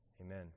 Amen